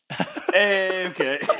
Okay